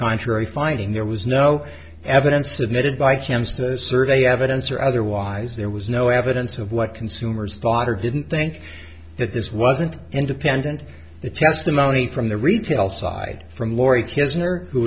contrary finding there was no evidence submitted by chance to survey evidence or otherwise there was no evidence of what consumers daughter didn't think that this wasn't independent the testimony from the retail side from laurie kisan or who